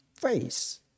face